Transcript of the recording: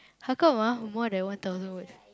how come ah more than one thousands words